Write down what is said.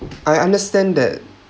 I understand that